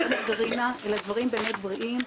לא מרגרינה אלא דברים באמת בריאים,